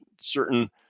certain